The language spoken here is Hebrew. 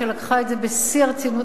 שלקחה את זה בשיא הרצינות.